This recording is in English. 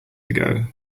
ago